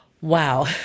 Wow